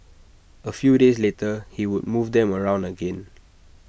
A few days later he would move them around again